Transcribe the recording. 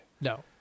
No